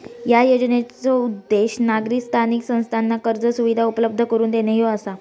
या योजनेचो उद्देश नागरी स्थानिक संस्थांना कर्ज सुविधा उपलब्ध करून देणे ह्यो आसा